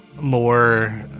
more